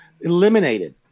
eliminated